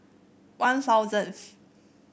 One Thousandth